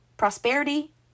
Prosperity